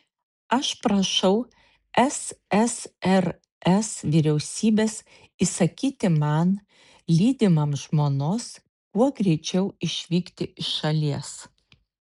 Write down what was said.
aš prašau ssrs vyriausybės įsakyti man lydimam žmonos kuo greičiau išvykti iš šalies